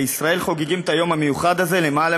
בישראל חוגגים את היום המיוחד הזה למעלה